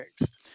next